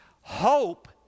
Hope